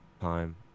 time